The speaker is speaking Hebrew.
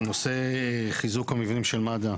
נושא חיזוק המבנים של מד"א,